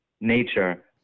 nature